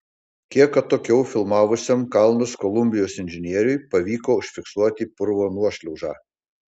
kiek atokiau filmavusiam kalnus kolumbijos inžinieriui pavyko užfiksuoti purvo nuošliaužą